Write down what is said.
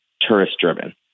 tourist-driven